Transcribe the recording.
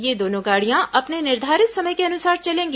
ये दोनो गाड़ियां अपने निर्धारित समय के अनुसार चलेंगी